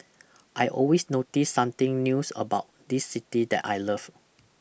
I always notice something news about this city that I love